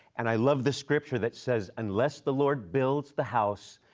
and i love the scripture that says, unless the lord builds the house,